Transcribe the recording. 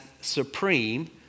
supreme